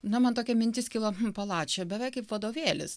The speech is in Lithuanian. na man tokia mintis kilo pala čia beveik kaip vadovėlis